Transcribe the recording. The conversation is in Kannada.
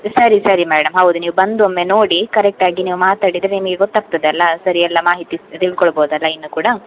ಸರಿ ಸರಿ ಮೇಡಮ್ ಹೌದು ನೀವು ಬಂದು ಒಮ್ಮೆ ನೋಡಿ ಕರೆಕ್ಟಾಗಿ ನೀವು ಮಾತಾಡಿದರೆ ನಿಮಗೆ ಗೊತ್ತಾಗ್ತದಲ್ಲ ಸರಿ ಎಲ್ಲ ಮಾಹಿತಿ ತಿಳ್ಕೊಳ್ಬೋದಲ್ಲ ಇನ್ನೂ ಕೂಡ